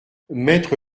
mettre